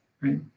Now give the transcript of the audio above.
right